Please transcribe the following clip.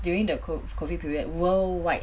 during the COV~ COVID period worldwide